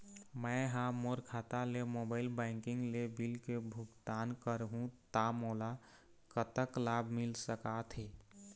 मैं हा मोर खाता ले मोबाइल बैंकिंग ले बिल के भुगतान करहूं ता मोला कतक लाभ मिल सका थे?